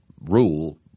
rule